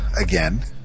again